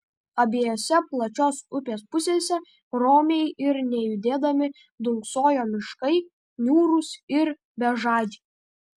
abiejose plačios upės pusėse romiai ir nejudėdami dunksojo miškai niūrūs ir bežadžiai